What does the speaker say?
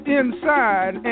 inside